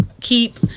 keep